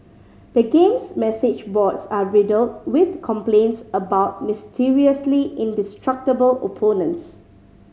the game's message boards are riddled with complaints about mysteriously indestructible opponents